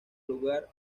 lugar